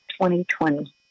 2020